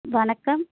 வணக்கம்